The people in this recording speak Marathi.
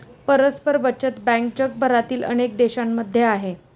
परस्पर बचत बँक जगभरातील अनेक देशांमध्ये आहे